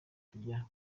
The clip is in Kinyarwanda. tujya